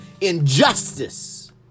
injustice